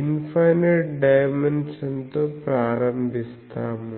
infinite dimension తో ప్రారంభిస్తాము